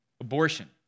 Abortion